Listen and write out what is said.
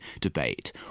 debate